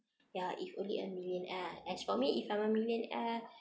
ya if only a millionaire as for me if I'm a millionaire